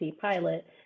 pilot